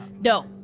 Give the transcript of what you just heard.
No